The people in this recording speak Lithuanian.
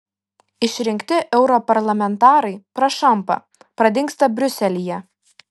išrinkti europarlamentarai prašampa pradingsta briuselyje